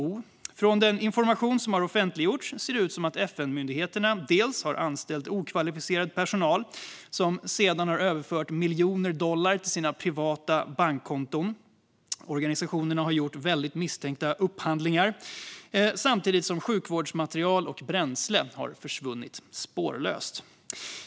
Utifrån den information som har offentliggjorts ser det ut som att FN-myndigheterna har anställt okvalificerad personal, som sedan har överfört miljoner dollar till sina privata bankkonton. Organisationerna har gjort väldigt misstänkta upphandlingar, samtidigt som sjukvårdsmaterial och bränsle har försvunnit spårlöst.